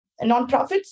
nonprofits